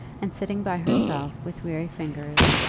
and sitting by herself, with weary fingers,